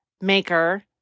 maker